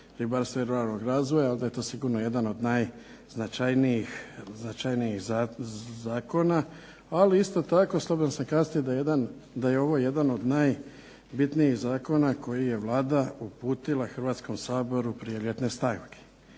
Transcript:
ribarstva i ruralnog razvoja onda je to sigurno jedan od najznačajnijih zakona, ali isto tako, s obzirom da …/Ne razumije se./… da je ovo jedan od najbitnijih zakona koji je Vlada uputila Hrvatskom saboru prije ljetne stanke.